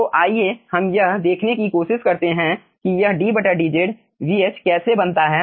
तो आइए अब हम यह देखने की कोशिश करते हैं कि यह ddz कैसे बनता है